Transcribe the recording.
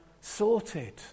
sorted